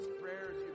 prayers